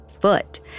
foot